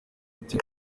ati